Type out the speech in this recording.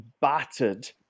battered